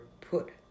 put